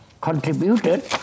contributed